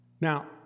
Now